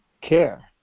care